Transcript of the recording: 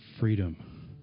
Freedom